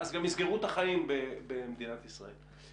אז גם יסגרו את החיים במדינת ישראל.